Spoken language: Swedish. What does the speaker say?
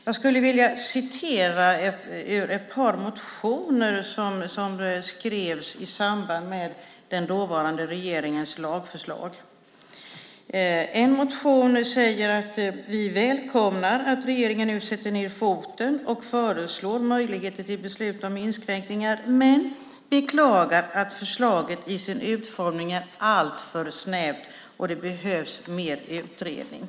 Jag skulle vilja citera ur ett par motioner som skrevs i samband med den dåvarande regeringens lagförslag. I en motion sägs: "Vi välkomnar att regeringen . nu sätter ned foten och föreslår möjligheter till beslut om inskränkningar - Vi beklagar dock att förslaget i sin utformning är alltför snävt". Man säger också att det behövs mer utredning.